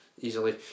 easily